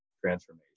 transformation